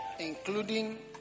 Including